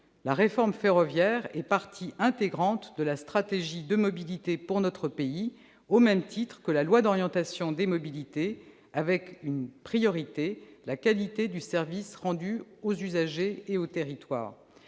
La réforme ferroviaire est partie intégrante de la stratégie de mobilité pour notre pays, au même titre que la loi d'orientation des mobilités, avec une priorité : la qualité du service rendu aux usagers et aux territoires.